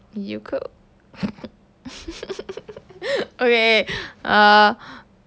you cook okay err